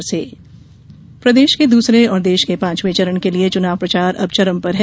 चुनाव प्रचार प्रदेश के दूसरे और देश के पांचवें चरण के लिये चुनाव प्रचार अब चरम पर है